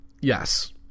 Yes